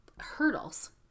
hurdles